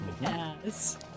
Yes